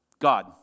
God